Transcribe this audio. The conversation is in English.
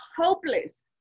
hopeless